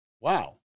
Wow